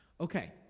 okay